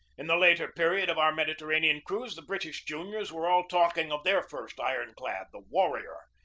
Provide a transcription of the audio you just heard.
in the later period of our mediterranean cruise, the british juniors were all talking of their first iron-clad, the warrior,